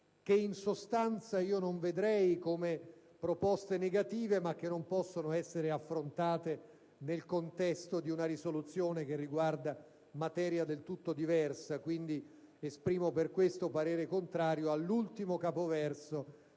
che in sostanza non vedrei come negative, ma non possono essere affrontate nel contesto di una risoluzione che riguarda materia del tutto diversa. Esprimo per questo parere contrario sull'ultimo capoverso